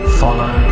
follow